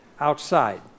outside